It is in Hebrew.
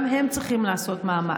גם הם צריכים לעשות מאמץ.